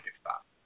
Stop